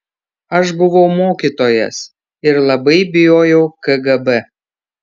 aš buvau mokytojas ir labai bijojau kgb